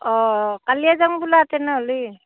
অঁ কালিয়ে যাম ব'লা তেনেহ'লে